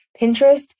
Pinterest